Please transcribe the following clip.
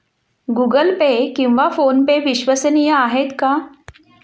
Google Pay किंवा PhonePe विश्वसनीय आहेत का?